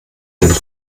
den